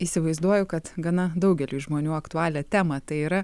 įsivaizduoju kad gana daugeliui žmonių aktualią temą tai yra